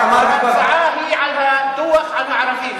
ההצעה היא על הדוח על הערבים.